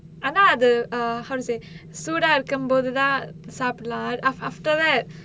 ஆனா அது:aanaa athu err how to say சூடா இருக்கும்போது தான் சாப்டலாம்:sooda irukkumpothu thaan saapdalaam after that